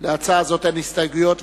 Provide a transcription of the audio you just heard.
להצעה זאת אין הסתייגויות,